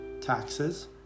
taxes